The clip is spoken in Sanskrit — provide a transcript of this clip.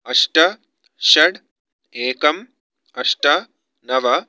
अष्ट षट् एकम् अष्ट नव